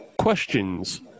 questions